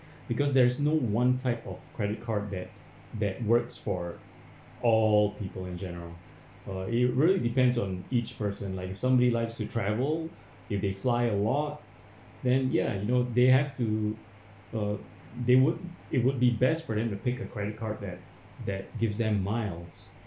because there is no one type of credit card that that works for all people in general uh it really depends on each person like somebody likes to travel if they fly a lot then ya you know they have to uh they would it would be best for them to pick a credit card that that gives them miles